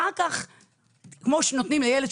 אני רק אתן דוגמה,